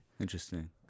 Interesting